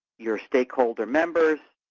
your stakeholder members,